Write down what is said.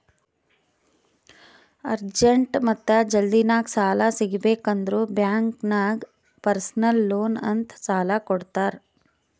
urgent ಮತ್ತ ಜಲ್ದಿನಾಗ್ ಸಾಲ ಸಿಗಬೇಕ್ ಅಂದುರ್ ಬ್ಯಾಂಕ್ ನಾಗ್ ಪರ್ಸನಲ್ ಲೋನ್ ಅಂತ್ ಸಾಲಾ ಕೊಡ್ತಾರ್